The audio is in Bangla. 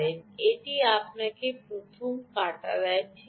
এটি আপনাকে প্রথম কাটা দেয় ঠিক আছে